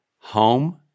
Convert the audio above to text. Home